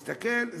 מסתכל,